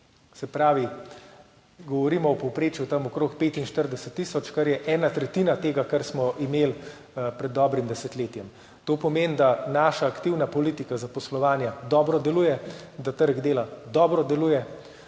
Se pravi, govorimo o povprečju tam okrog 45 tisoč, kar je ena tretjina tega, kar smo imeli pred dobrim desetletjem. To pomeni, da naša aktivna politika zaposlovanja dobro deluje, da trg dela dobro deluje